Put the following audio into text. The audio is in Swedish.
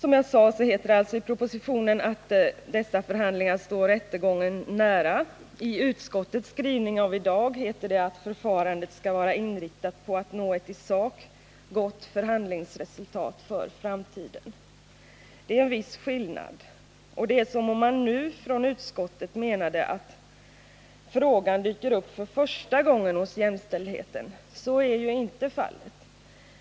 I propositionen till riksmötet 1978/79 hette det alltså att förhandlingarna står rättegången nära. I utskottets skrivning av i dag heter det att förfarandet skall vara inriktat på att nå ett i sak gott förhandlingsresultat för framtiden. Det är en viss skillnad. Det är som om man nu från utskottet menar att frågan dyker upp för första gången hos jämställdhetsnämnden. Så är ju inte fallet.